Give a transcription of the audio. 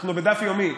אנחנו בדף יומי.